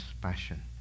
passion